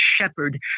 shepherd